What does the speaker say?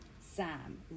sam